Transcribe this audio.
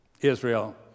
Israel